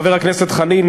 חבר הכנסת חנין,